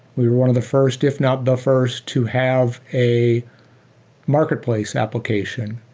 we were one of the first, if not the first, to have a marketplace application,